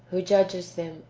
who judges them,